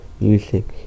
music